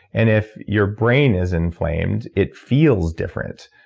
and if your brain is inflamed, it feels different.